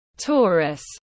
Taurus